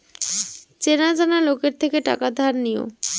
চেনা জানা লোকের থেকে টাকা ধার নিও